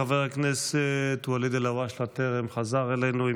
חבר הכנסת ואליד אלהואשלה טרם חזר אלינו.